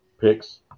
picks